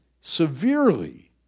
severely